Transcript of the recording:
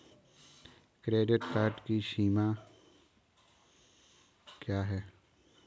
Credit card की समय सीमा क्या है?